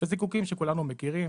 שזה זיקוקין שכולנו מכירים,